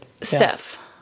Steph